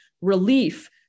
relief